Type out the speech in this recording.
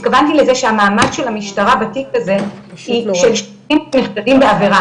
התכוונתי לזה שהמעמד של המשטרה בתיק הזה הוא של שוטרים שנחשדים בעבירה,